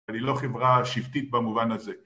אני לא חברה שבטית במובן הזה